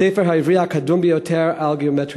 הספר העברי הקדום ביותר על גיאומטריה.